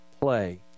play